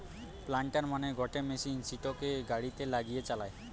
planter মানে গটে machine সিটোকে গাড়িতে লাগিয়ে চালায়